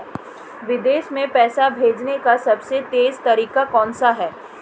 विदेश में पैसा भेजने का सबसे तेज़ तरीका कौनसा है?